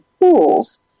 tools